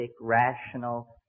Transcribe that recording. rational